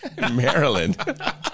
Maryland